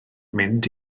mynd